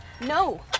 No